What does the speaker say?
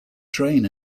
train